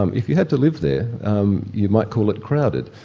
um if you had to live there um you might call it crowded.